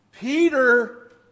Peter